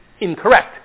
incorrect